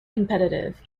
competitive